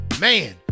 Man